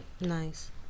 nice